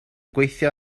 gweithio